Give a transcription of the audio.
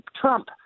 Trump